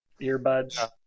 earbuds